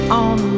on